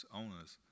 owners